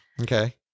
Okay